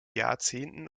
jahrzehnten